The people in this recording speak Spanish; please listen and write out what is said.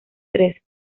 tres